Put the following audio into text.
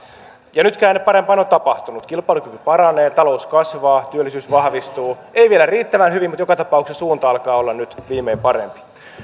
ja nyt käänne parempaan on tapahtunut kilpailukyky paranee talous kasvaa työllisyys vahvistuu ei vielä riittävän hyvin mutta joka tapauksessa suunta alkaa olla nyt viimein parempi